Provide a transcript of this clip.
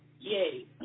yay